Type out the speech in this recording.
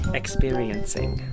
experiencing